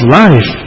life